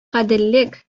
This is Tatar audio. гаделлек